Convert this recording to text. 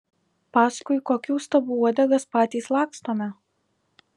paskui kokių stabų uodegas patys lakstome